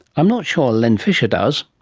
i'm not sure len fisher does.